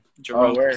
Jerome